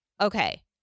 Okay